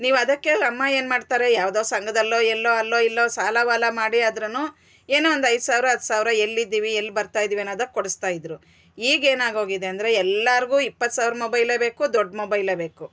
ನೀವು ಅದಕ್ಕೆ ಅಮ್ಮ ಏನು ಮಾಡ್ತಾರೆ ಯಾವ್ದೋ ಸಂಘದಲ್ಲೋ ಎಲ್ಲೋ ಅಲ್ಲೋ ಇಲ್ಲೋ ಸಾಲ ವಾಲ ಮಾಡಿ ಆದ್ರೂ ಏನೋ ಒಂದು ಐದು ಸಾವಿರ ಹತ್ತು ಸಾವಿರ ಎಲ್ಲಿದ್ದೀವಿ ಎಲ್ಲಿ ಬರ್ತಾ ಇದ್ದೀವಿ ಅನ್ನೋದಕ್ಕೊಡಿಸ್ತಾ ಇದ್ರು ಈಗ ಏನು ಆಗಿ ಹೋಗಿದೆ ಅಂದರೆ ಎಲ್ಲಾರ್ಗು ಇಪ್ಪತ್ತು ಸಾವ್ರ ಮೊಬೈಲೇ ಬೇಕು ದೊಡ್ಡ ಮೊಬೈಲೇ ಬೇಕು